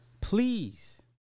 please